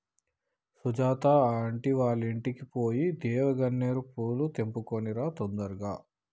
Sujatha aunty వాళ్ళింటికి పోయి దేవగన్నేరు పూలు తెంపుకొని రా తొందరగా